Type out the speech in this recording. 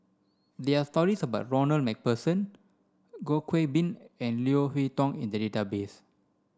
there are stories about Ronald MacPherson Goh Qiu Bin and Leo Hee Tong in the database